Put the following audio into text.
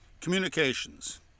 communications